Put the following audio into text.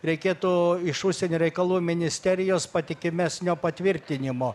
reikėtų iš užsienio reikalų ministerijos patikimesnio patvirtinimo